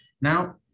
Now